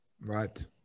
Right